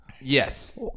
Yes